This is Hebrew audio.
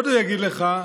עוד הוא יגיד לך,